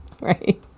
Right